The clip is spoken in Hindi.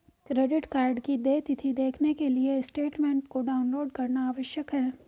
क्रेडिट कार्ड की देय तिथी देखने के लिए स्टेटमेंट को डाउनलोड करना आवश्यक है